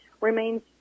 remains